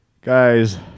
Guys